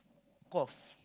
cough